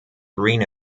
green